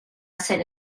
ser